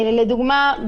לדוגמה,